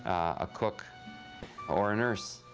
a cook or a nurse.